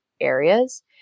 areas